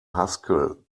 haskell